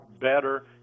better